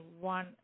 one